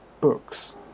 books